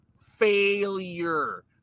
failure